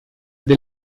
del